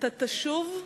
אתה תשוב,